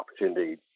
opportunity